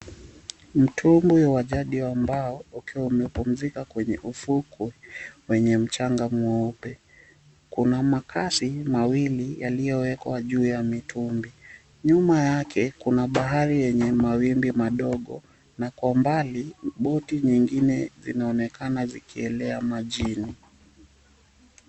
Mtumbi wa jadi wa mbao ukiwa umepumzika kwenye ufukwe wenye mchanga mweupe. Kuna makasi mawili yaliwekwa juu ya mitumbi. Nyuma yake kuna bahari yenye mawimbi madogo na kwa umbali, boti linaonekana likielea juu ya majini.